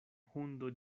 hundo